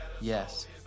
Yes